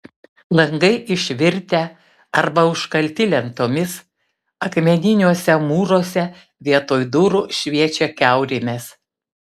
langai išvirtę arba užkalti lentomis akmeniniuose mūruose vietoj durų šviečia kiaurymės